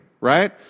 right